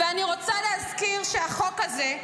אני רוצה להזכיר שהחוק הזה,